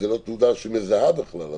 זו לא תעודה שמזהה בכלל.